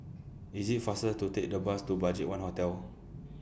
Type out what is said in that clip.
IT IS faster to Take The Bus to BudgetOne Hotel